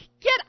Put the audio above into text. get